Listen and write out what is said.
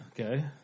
Okay